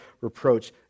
reproach